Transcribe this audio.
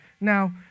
Now